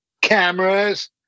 cameras